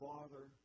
Father